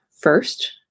first